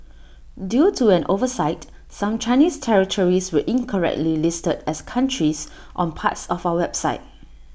due to an oversight some Chinese territories were incorrectly listed as countries on parts of our website